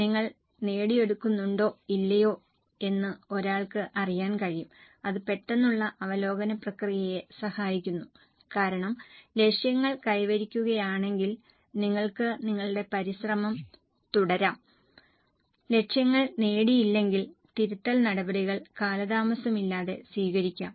നിങ്ങൾ നേടിയെടുക്കുന്നുണ്ടോ ഇല്ലയോ എന്ന് ഒരാൾക്ക് അറിയാൻ കഴിയും അത് പെട്ടെന്നുള്ള അവലോകന പ്രക്രിയയെ സഹായിക്കുന്നു കാരണം ലക്ഷ്യങ്ങൾ കൈവരിക്കുകയാണെങ്കിൽ നിങ്ങൾക്ക് നിങ്ങളുടെ പരിശ്രമം തുടരാം ലക്ഷ്യങ്ങൾ നേടിയില്ലെങ്കിൽ തിരുത്തൽ നടപടികൾ കാലതാമസമില്ലാതെ സ്വീകരിക്കാം